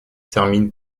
terminent